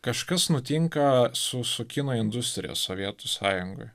kažkas nutinka su su kino industrija sovietų sąjungoj